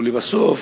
לבסוף,